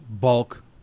bulk